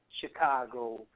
Chicago